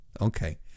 Okay